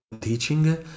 teaching